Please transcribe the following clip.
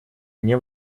мне